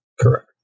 Correct